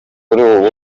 uyu